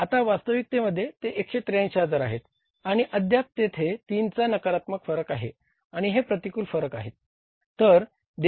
आता वास्तविकतेमध्ये ते 183000 आहेत आणि अद्याप तेथे तीनचा नकारात्मक फरक आहे आणि हे प्रतिकूल फरक आहेत